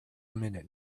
minute